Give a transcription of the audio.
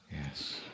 Yes